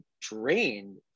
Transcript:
drained